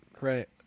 Right